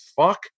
fuck